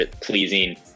pleasing